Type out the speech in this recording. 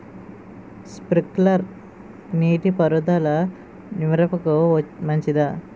Sprinkler నీటిపారుదల మిరపకు మంచిదా?